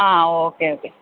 uh okay okay